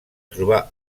trobar